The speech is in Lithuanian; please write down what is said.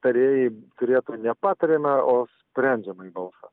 tarėjai turėtų ne patariamąjį o sprendžiamąjį balsą